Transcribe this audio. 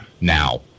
Now